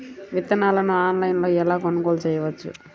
విత్తనాలను ఆన్లైనులో ఎలా కొనుగోలు చేయవచ్చు?